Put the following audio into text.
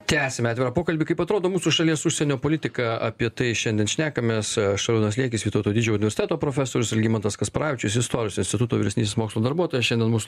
tęsime atvirą pokalbį kaip atrodo mūsų šalies užsienio politika apie tai šiandien šnekamės šarūnas liekis vytauto didžiojo universiteto profesorius algimantas kasparavičius istorijos instituto vyresnysis mokslo darbuotojas šiandien mūsų